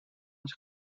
ons